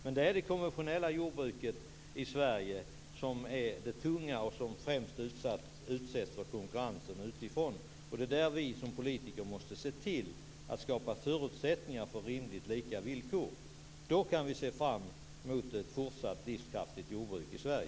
Men det är det konventionella jordbruket i Sverige som är det tunga och som främst utsätts för konkurrensen utifrån. Det är där vi som politiker måste se till att skapa förutsättningar för rimligt lika villkor. Då kan vi se fram mot ett fortsatt livskraftigt jordbruk i